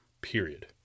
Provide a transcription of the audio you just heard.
Period